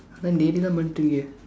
one day the number three eh